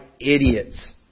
idiots